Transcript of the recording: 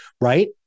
right